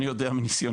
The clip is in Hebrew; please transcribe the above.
אני יודע מניסיוני,